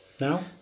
now